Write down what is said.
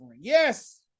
Yes